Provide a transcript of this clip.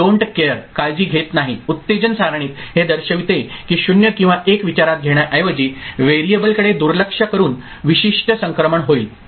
don't care काळजी घेत नाही उत्तेजन सारणीत हे दर्शविते की 0 किंवा 1 विचारात घेण्याऐवजी व्हेरिएबलकडे दुर्लक्ष करून विशिष्ट संक्रमण होईल